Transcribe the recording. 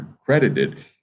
credited